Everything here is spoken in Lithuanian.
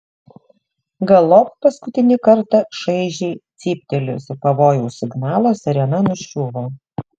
galop paskutinį kartą šaižiai cyptelėjusi pavojaus signalo sirena nuščiuvo